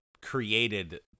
created